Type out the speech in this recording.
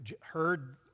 heard